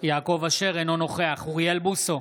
אינו נוכח אוריאל בוסו,